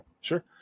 sure